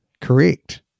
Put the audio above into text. correct